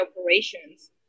operations